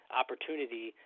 opportunity